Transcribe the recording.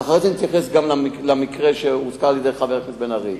ואחרי זה נתייחס גם למקרה שהזכיר חבר הכנסת בן-ארי.